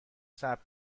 صبر